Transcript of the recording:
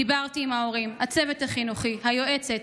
דיברתי עם ההורים, הצוות החינוכי, היועצת.